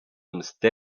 msty